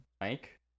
Mike